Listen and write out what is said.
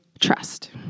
trust